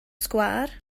sgwâr